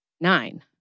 Nine